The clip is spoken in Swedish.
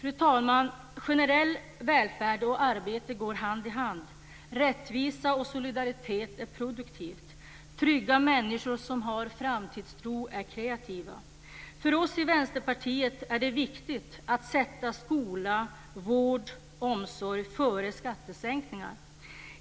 Fru talman! Generell välfärd och arbete går hand i hand. Rättvisa och solidaritet är produktivt. Trygga människor som har framtidstro är kreativa. För oss i Vänsterpartiet är det viktigt att sätta skola, vård och omsorg före skattesänkningar.